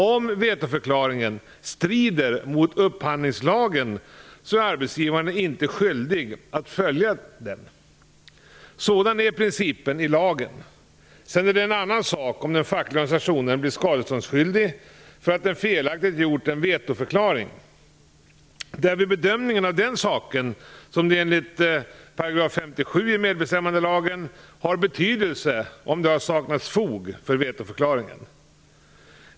Om vetoförklaringen strider mot upphandlingslagen är arbetsgivaren inte skyldig att följa den. Sådan är principen i lagen. Sedan är det en annan sak om den fackliga organisationen blir skadeståndsskyldig för att den felaktigt gjort en vetoförklaring. Det är vid bedömningen av den saken som det - enligt 57 § i medbestämmandelagen - har betydelse om det har saknats fog för vetoförklaringen.